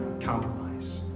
compromise